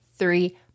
three